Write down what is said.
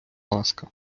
ласка